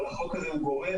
אבל החוק הזה הוא גורם,